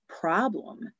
problem